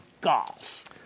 golf